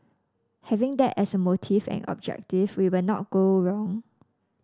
having that as a motive and objective we will not go wrong